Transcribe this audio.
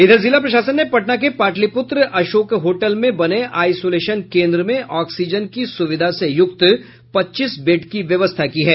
इधर जिला प्रशासन ने पटना के पाटलीपुत्र अशोक होटल में बने आईसोलेशन केन्द्र में ऑक्सीजन की सुविधा से युक्त पच्चीस बेड की व्यवस्था की है